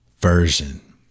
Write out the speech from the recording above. version